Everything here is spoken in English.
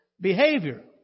behavior